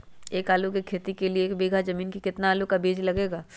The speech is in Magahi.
आलू की खेती के लिए एक बीघा जमीन में कितना आलू का बीज लगेगा?